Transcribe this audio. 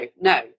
no